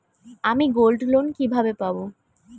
আমি গোল্ডলোন কিভাবে পাব?